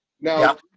Now